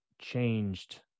changed